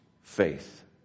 faith